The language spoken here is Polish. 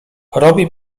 robi